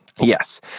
Yes